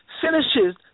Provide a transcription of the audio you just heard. finishes